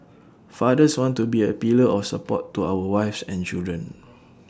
fathers want to be A pillar of support to our wives and children